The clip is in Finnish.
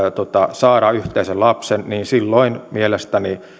saada yhteisen lapsen mielestäni